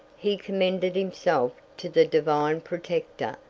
he commended himself to the divine protector,